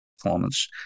performance